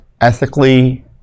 ethically